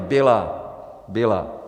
Byla! Byla.